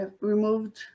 removed